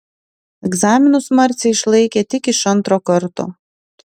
egzaminus marcė išlaikė tik iš antro karto